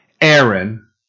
Aaron